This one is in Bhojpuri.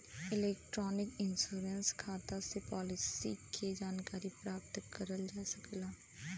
इलेक्ट्रॉनिक इन्शुरन्स खाता से पालिसी के जानकारी प्राप्त करल जा सकल जाला